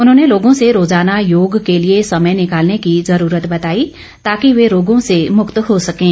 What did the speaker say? उन्होंने लोगों से रोजाना योग के लिए समय निकालने की जरूरत बताई ताकि वे रोगों से मुक्त हो सकें